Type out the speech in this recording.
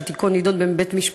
שתיקו נדון בבית-משפט,